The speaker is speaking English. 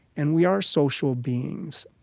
and we are social beings.